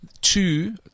two